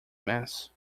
mess